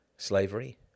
Slavery